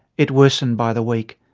it worsened by the week.